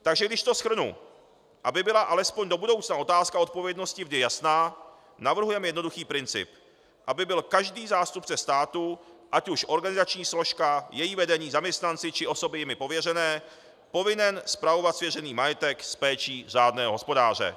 Takže když to shrnu, aby byla alespoň do budoucna otázka odpovědnosti vždy jasná, navrhujeme jednoduchý princip, aby byl každý zástupce státu, ať už organizační složka, její vedení, zaměstnanci, či osoby jimi pověřené, povinen spravovat svěřený majetek s péčí řádného hospodáře.